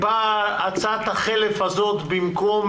הצעת החלף הזו באה במקום